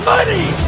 Money